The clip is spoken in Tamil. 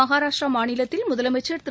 மகாராஷ்டிரா மாநிலத்தில் முதலமைச்ச் திரு